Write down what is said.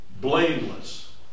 blameless